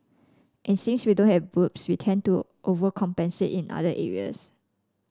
and since we don't have boobs we tend to overcompensate in other areas